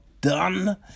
done